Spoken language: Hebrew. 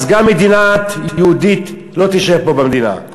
אז גם מדינה יהודית לא תישאר פה במדינה.